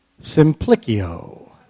Simplicio